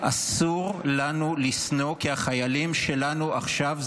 אסור לנו לשנוא כי החיילים שלנו עכשיו,